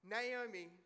Naomi